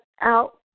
out